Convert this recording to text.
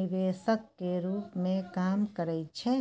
निवेशक के रूप में काम करइ छै